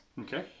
Okay